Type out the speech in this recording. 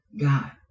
God